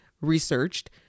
researched